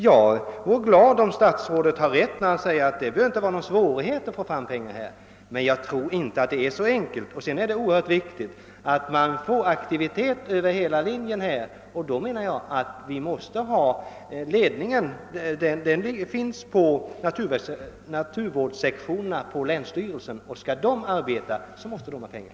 Jag vore glad om statsrådet hade rätt när han säger att det inte bör vara någon svårighet att få fram pengar, men jag tror inte att det är så enkelt. Sedan är det också utomordentligt viktigt att man får till stånd en aktivitet över hela linjen. Det måste ske under ledning av naturvårdssektionen på länsstyrelsen, och skall den arbeta måste den ha pengar.